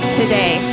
today